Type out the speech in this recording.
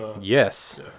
yes